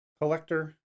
Collector